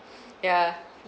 yeah